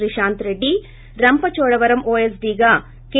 రిషాంత్ రెడ్డి రంపచోడవరం ఓఎస్లీగా కె